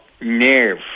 Nerve